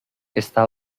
está